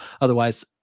Otherwise